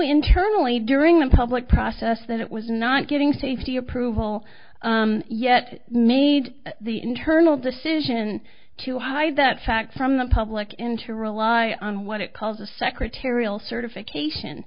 internally during the public process that it was not getting safety approval yet made the internal decision to hide that fact from the public into rely on what it calls a secretarial certification